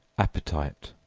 appetite,